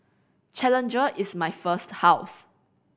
challenger is my first house